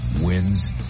wins